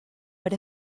per